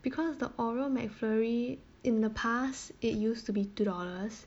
because the oreo mcflurry in the past it used to be two dollars